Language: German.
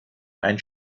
ein